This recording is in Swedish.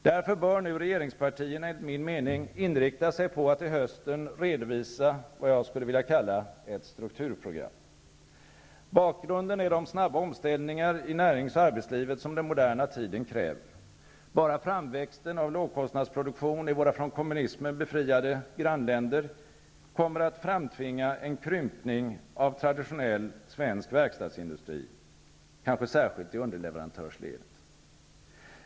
Därför bör nu regeringspartierna enligt min mening inrikta sig på att till hösten redovisa vad jag skulle vilja kalla ett strukturprogram. Bakgrunden är de snabba omställningar i närings och arbetslivet som den moderna tiden kräver. Bara framväxten av lågkostnadsproduktion i våra från kommunismen befriade grannländer kommer att framtvinga en krympning av traditionell svensk verkstadsindustri, kanske särskilt i underleverantörsledet.